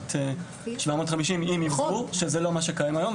מתירות 750 עם אוורור, שזה לא מה שקיים היום.